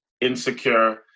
Insecure